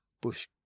Bush